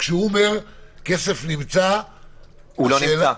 כשהוא אומר שהכסף הוקצה --- הוא לא הוקצה.